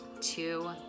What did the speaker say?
two